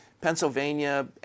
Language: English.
Pennsylvania